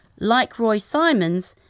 like roy symons,